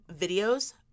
videos